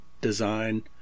design